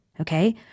okay